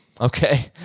Okay